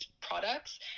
products